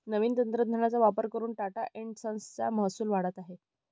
नवीन तंत्रज्ञानाचा वापर करून टाटा एन्ड संस चा महसूल वाढत आहे